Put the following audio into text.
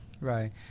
Right